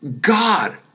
God